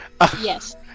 yes